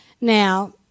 Now